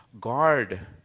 guard